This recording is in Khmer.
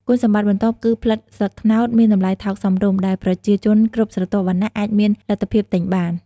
គុណសម្បត្តិបន្ទាប់គឺផ្លិតស្លឹកត្នោតមានតម្លៃថោកសមរម្យ ដែលប្រជាជនគ្រប់ស្រទាប់វណ្ណៈអាចមានលទ្ធភាពទិញបាន។